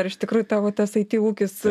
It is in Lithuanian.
ar iš tikrųjų tavo tas it ūkis